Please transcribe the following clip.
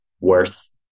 worth